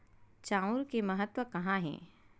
चांउर के महत्व कहां हे?